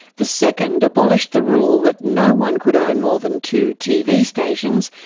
the second abolished the rule that no one could own more than two tv stations,